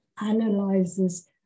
analyzes